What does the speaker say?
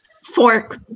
Fork